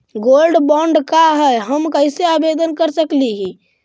Gold bond का है, हम कैसे आवेदन कर सकली ही?